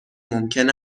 ممکن